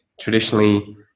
traditionally